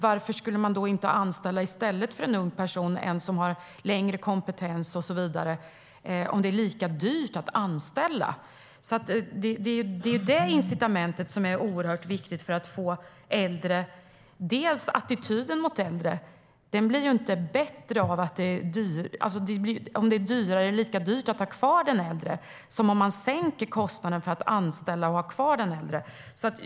Om det är lika dyrt att anställa en ung person, varför skulle man då inte i stället anställa en som har större kompetens och så vidare? Det är ju detta incitament som är oerhört viktigt när det gäller äldre. Attityden mot äldre blir inte bättre om det är dyrare eller lika dyrt att anställa eller ha kvar den äldre, men det blir den om man sänker kostnaden för att anställa eller ha kvar den äldre.